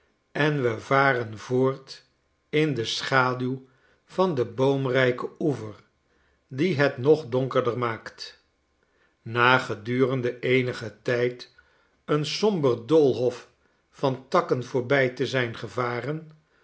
en we varen voort in de schaduw van den boomrijken oever die het nog donkerder maakt na gedurende eenigen tijd een somber doolhof van takken voorbij te zijn gevaren